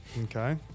Okay